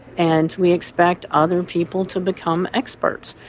and we expect other people to become experts.